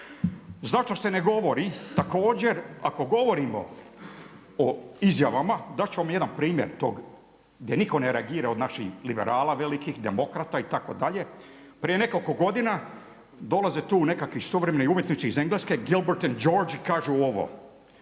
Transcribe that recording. Zašto se ne govori također ako govorimo o izjavama, dat ću vam jedan primjer tog gdje nitko ne reagira od naših liberala velikih, demokrata itd. prije nekoliko godina dolaze tu neki suvremeni umjetnici iz Engleske Gilbert & George i kažu ovo